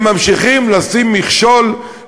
הם ממשיכים לשים מכשול, תודה.